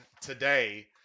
today